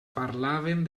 parlaven